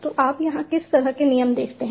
तो आप यहाँ किस तरह के नियम देखते हैं